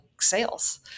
sales